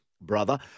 Brother